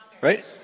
Right